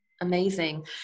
Amazing